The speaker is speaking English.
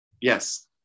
Yes